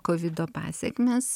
kovido pasekmės